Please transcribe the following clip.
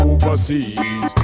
Overseas